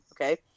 okay